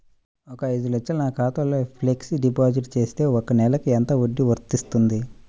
ఒక ఐదు లక్షలు నా ఖాతాలో ఫ్లెక్సీ డిపాజిట్ చేస్తే ఒక నెలకి ఎంత వడ్డీ వర్తిస్తుంది?